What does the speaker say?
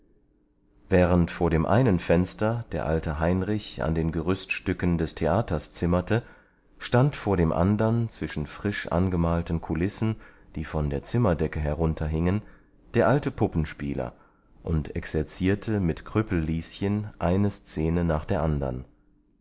während vor dem einen fenster der alte heinrich an den gerüststücken des theaters zimmerte stand vor dem andern zwischen frisch angemalten kulissen die von der zimmerdecke herunterhingen der alte puppenspieler und exerzierte mit kröpel lieschen eine szene nach der andern